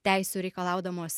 teisių reikalaudamos